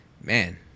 Man